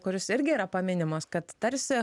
kuris irgi yra paminimas kad tarsi